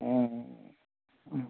ए